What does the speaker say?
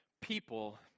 people